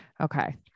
okay